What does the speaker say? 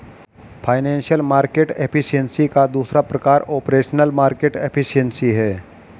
financial market efficiency का दूसरा प्रकार ऑपरेशनल मार्केट एफिशिएंसी है